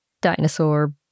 dinosaur